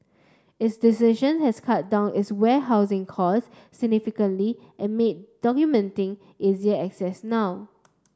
its decision has cut down its warehousing cost significantly and made documenting easier access now